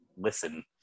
listen